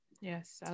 Yes